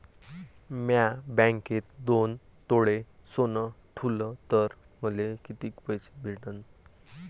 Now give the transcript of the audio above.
म्या बँकेत दोन तोळे सोनं ठुलं तर मले किती पैसे भेटन